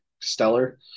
stellar